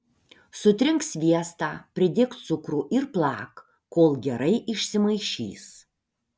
sutrink sviestą pridėk cukrų ir plak kol gerai išsimaišys